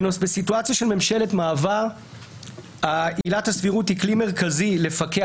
בסיטואציה של ממשלת מעבר עילת הסבירות היא כלי מרכזי לפקח,